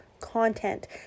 content